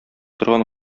торган